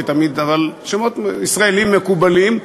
אבל שמות ישראליים מקובלים,